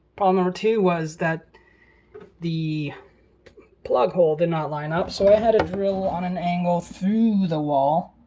problem number two was that the plug hole did not line up, so i had a drill on an angle through the wall.